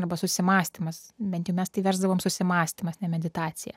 arba susimąstymas bent jau mes tai versdavom susimąstymas ne meditacija